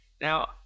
Now